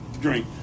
drink